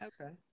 Okay